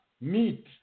meat